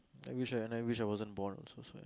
I wish I and I wish I wasn't born also